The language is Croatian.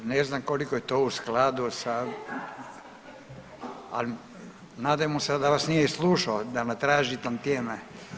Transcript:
Ne znam koliko je to u skladu sa, ali nadamo se da vas nije slušao da me traži tantijeme.